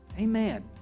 Amen